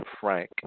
Frank